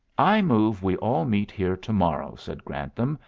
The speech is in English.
i move we all meet here to-morrow, said grantham,